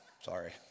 Sorry